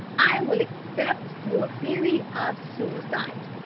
i will accept your theory of suicide.